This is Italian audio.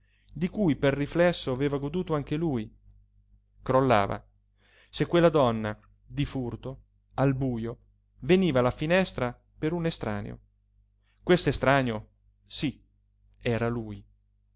di cui per riflesso aveva goduto anche lui crollava se quella donna di furto al bujo veniva alla finestra per un estraneo questo estraneo sí era lui